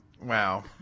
wow